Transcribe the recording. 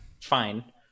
fine